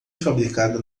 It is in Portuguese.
fabricada